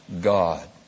God